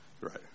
Right